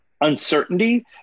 uncertainty